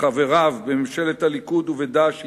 מחבריו בממשלת הליכוד ובד"ש התאכזב,